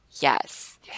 Yes